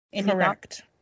Correct